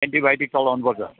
antibiotic चलाउनु पर्छ